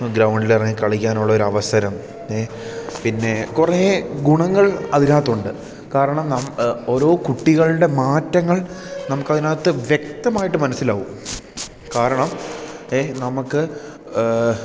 ഗ്രൗണ്ടിലിറങ്ങി കളിക്കാനുള്ളൊരവസരം പിന്നെ കുറേ ഗുണങ്ങൾ അതിനകത്തുണ്ട് കാരണം നമുക്ക് ഓരോ കുട്ടികളുടെ മാറ്റങ്ങൾ നമുക്കതിനകത്ത് വ്യക്തമായിട്ട് മനസ്സിലാവും കാരണം നമുക്ക്